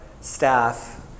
staff